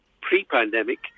pre-pandemic